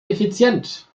effizient